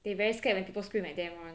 they very scared when people scream at them [one]